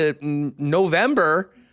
November